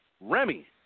Remy